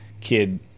kid